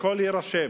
הכול יירשם,